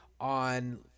on